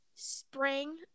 spring